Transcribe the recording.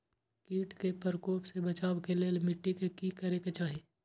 किट के प्रकोप से बचाव के लेल मिटी के कि करे के चाही?